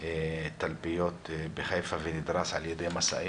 תלפיות בחיפה ונדרס על-ידי משאית.